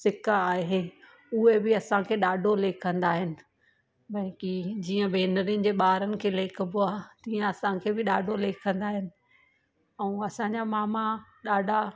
सिक आहे उहे बि असांखे ॾाढो लेखंदा आहिनि बाक़ी जीअं भेनरीनि जे ॿारनि खे लेखबो आहे तीअं असांखे बि ॾाढो लेखंदा आहिनि ऐं असांजा मामा ॾाढा